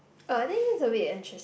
uh I think this is a bit interes~